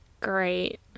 great